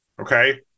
Okay